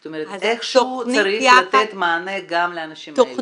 זאת אומרת איכשהו צריך לתת מענה גם לאנשים האלה.